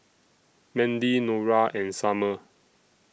Mandy Nora and Summer